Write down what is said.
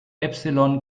epsilon